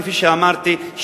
כפי שאמרתי,